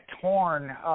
torn